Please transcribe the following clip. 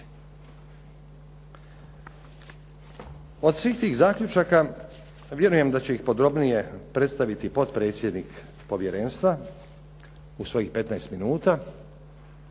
Od svih tih zaključaka vjerujem da će ih podrobnije predstaviti potpredsjednik povjerenstva u svojih 15 minuta,